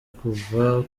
kuva